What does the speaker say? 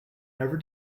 never